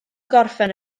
gorffen